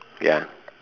ya